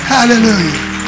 Hallelujah